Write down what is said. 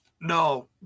no